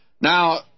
Now